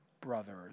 brothers